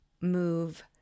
move